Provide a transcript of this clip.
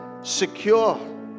secure